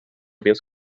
finns